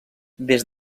des